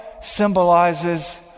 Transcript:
symbolizes